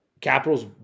Capitals